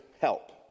help